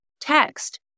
text